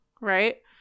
Right